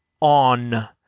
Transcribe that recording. on